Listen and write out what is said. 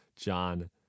John